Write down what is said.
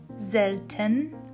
selten